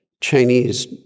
Chinese